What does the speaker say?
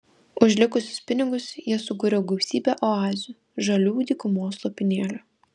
už likusius pinigus jie sukūrė gausybę oazių žalių dykumos lopinėlių